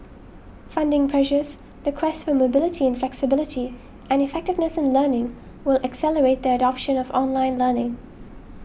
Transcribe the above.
funding pressures the quest for mobility flexibility and effectiveness in learning will accelerate the adoption of online learning